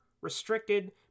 restricted